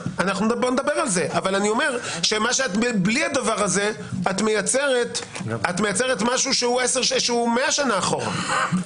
בוא נדבר על זה אבל בלי הדבר הזה את מייצרת משהו שהוא מאה שנה אחורה.